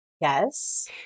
Yes